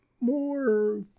more